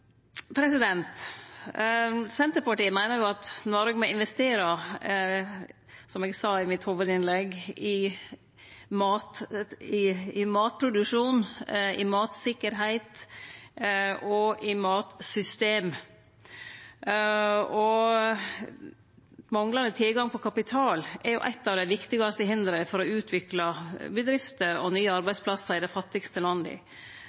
Senterpartiet meiner at Noreg må investere i matproduksjon, matsikkerheit og matsystem, som eg sa i hovudinnlegget mitt. Manglande tilgang på kapital er eitt av dei viktigaste hindra for å utvikle bedrifter og nye arbeidsplassar i dei fattigaste landa.